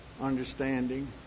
understanding